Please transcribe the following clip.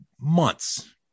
months